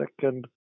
second